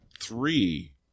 three